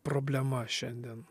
problema šiandien